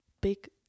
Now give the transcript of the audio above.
big